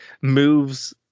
moves